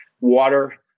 water